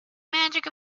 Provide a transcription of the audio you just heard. magic